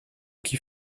qui